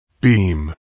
beam